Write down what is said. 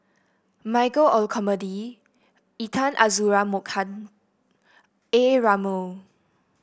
Michael Olcomendy Intan Azura Mokhtar A Ramli